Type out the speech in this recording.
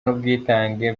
n’ubwitange